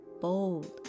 bold